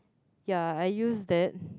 ya I use that